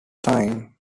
time